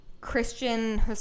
Christian